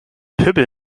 pöbel